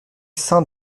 saint